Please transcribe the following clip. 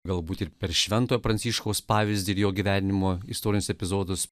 galbūt ir per švento pranciškaus pavyzdį ir jo gyvenimo istorijos epizodus